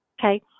Okay